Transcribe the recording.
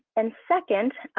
and second